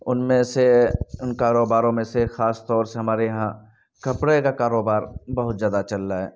ان میں سے ان کاروباروں میں سے خاص طور سے ہمارے یہاں کپرے کا کاروبار بہت جیادہ چل رہا ہے